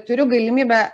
turiu galimybę